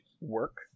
work